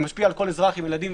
משפיע על כל אזרח עם ילדים.